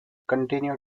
continue